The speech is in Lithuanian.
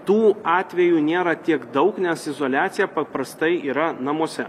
tų atvejų nėra tiek daug nes izoliacija paprastai yra namuose